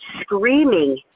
screaming